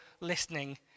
listening